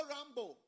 Rambo